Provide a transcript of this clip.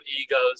egos